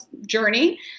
journey